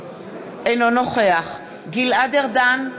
אינו נוכח גלעד ארדן,